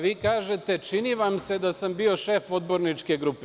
Vi kažete – čini vam se da sam bio šef odborničke grupe.